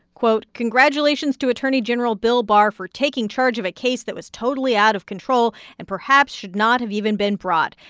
quote, congratulations to attorney general bill barr for taking charge of a case that was totally out of control and perhaps should not have even been brought.